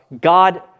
God